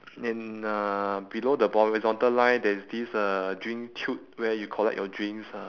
and uh below the horizontal line there is this uh drink chute where you collect your drinks ah